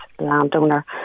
landowner